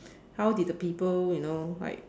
how did the people you know like